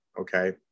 Okay